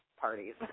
parties